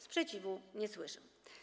Sprzeciwu nie słyszę.